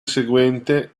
seguente